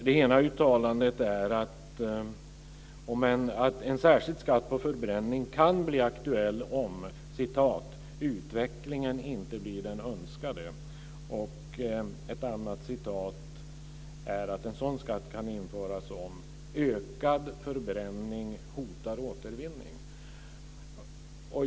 Det ena uttalandet är att en särskild skatt på förbränning kan bli aktuell om "utvecklingen inte blir den önskade". Ett annat uttalande är att en sådan skatt kan införas om "ökad förbränning hotar återvinning".